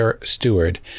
steward